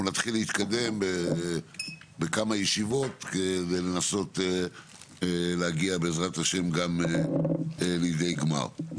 נתחיל להתקדם בכמה ישיבות כדי לנסות להגיע בעזרת ה' גם לידי גמר.